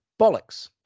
bollocks